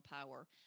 power